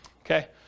Okay